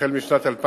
החל משנת 2007,